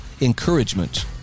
encouragement